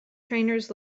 trainers